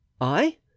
I